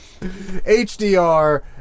HDR